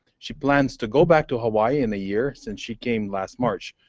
she plans to go back to hawaii in a year since she came last march.